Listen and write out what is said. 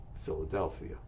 Philadelphia